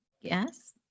Yes